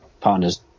partner's